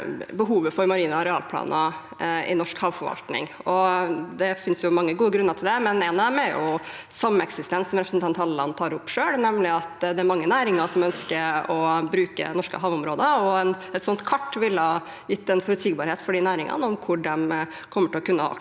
behovet for marine arealplaner i norsk havforvaltning. Det finnes mange gode grunner til det, og en av disse er sameksistens, som representanten Halleland tar opp selv. Det er mange næringer som ønsker å bruke norske havområder, og et sånt kart ville gitt en forutsigbarhet for de næringene om hvor de kommer til å kunne ha